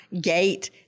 gate